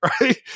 right